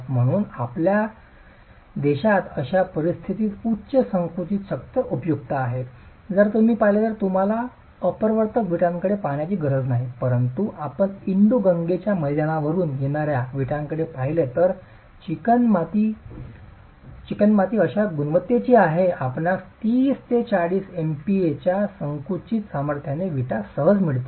म्हणूनच आपल्या देशात अशा परिस्थितीत उच्च संकुचित शक्ती उपयुक्त आहे जर तुम्ही पाहिले तर तुम्हाला अपवर्तक विटांकडे पाहण्याची गरज नाही परंतु आपण इंडो गंगेच्या मैदानावरुन येणाऱ्या विटांकडे पाहिले तर चिकणमाती अशा गुणवत्तेची आहे आपणास 30 ते 40 एमपीएच्या संकुचित सामर्थ्याने विटा सहज मिळतील